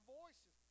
voices